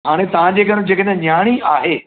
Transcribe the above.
हाणे तव्हांजे घरि जेकॾि नियाणी आहे